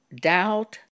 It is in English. doubt